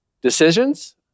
decisions